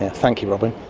and thank you robyn.